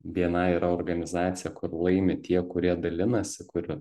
bni yra organizacija kur laimi tie kurie dalinasi kur